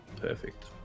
Perfect